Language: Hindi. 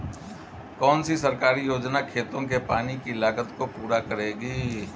कौन सी सरकारी योजना खेतों के पानी की लागत को पूरा करेगी?